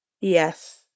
Yes